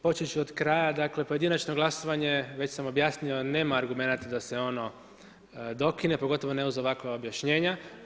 Počet ću od kraja, dakle pojedinačno glasovanje već sam objasnio nema argumenata da se ono dokine, pogotovo ne uz ovakva objašnjenja.